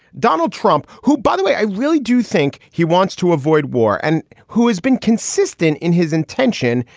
donald trump, who, by the way, i really do think he wants to avoid war and who has been consistent in his intention,